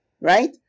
right